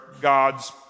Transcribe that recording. God's